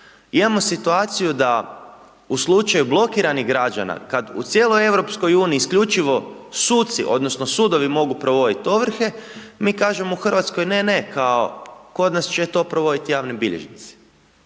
imamo situaciju da u slučaju blokiranih građana kad u cijeloj EU isključivo suci, odnosno sudovi mogu provoditi ovrhe, mi kažemo u Hrvatskoj ne, ne, kod nas će to provoditi javni bilježnici.